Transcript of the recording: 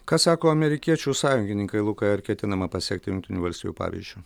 ką sako amerikiečių sąjungininkai lukai ar ketinama pasekti jungtinių valstijų pavyzdžiu